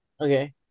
Okay